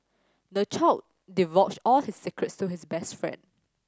the child divulged all his secrets to his best friend